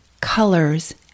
colors